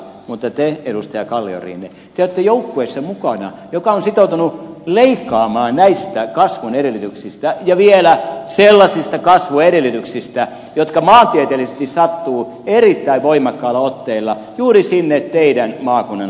mutta te edustaja kalliorinne te olette mukana joukkueessa joka on sitoutunut leikkaamaan näistä kasvun edellytyksistä ja vielä sellaisista kasvuedellytyksistä jotka maantieteellisesti sattuvat erittäin voimakkaalla otteella juuri sinne teidän maakuntanne alueelle